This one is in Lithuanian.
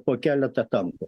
po keletą tankų